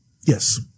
Yes